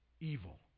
evil